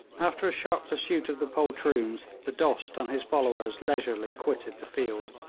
after a sharp pursuit of the poltroons, the dost and his followers leisurely quitted the field.